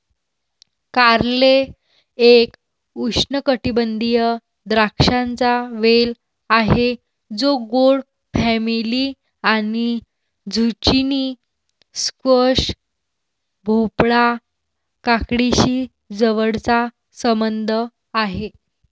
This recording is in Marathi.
कारले एक उष्णकटिबंधीय द्राक्षांचा वेल आहे जो गोड फॅमिली आणि झुचिनी, स्क्वॅश, भोपळा, काकडीशी जवळचा संबंध आहे